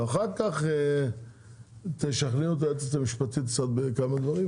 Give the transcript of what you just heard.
אחר כך תשכנעו את היועצת המשפטית בכמה דברים,